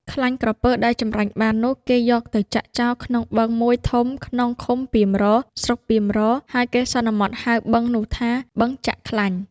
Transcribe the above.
ខ្លាញ់ក្រពើដែលចម្រាញ់បាននោះ គេយកទៅចាក់ចោលក្នុងបឹង ១ ធំ ក្នុងឃុំពាមរក៍ ស្រុកពាមរក៍ ហើយគេសន្មតហៅបឹងនោះថា “បឹងចាក់ខ្លាញ់”។